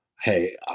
hey